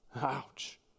Ouch